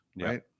Right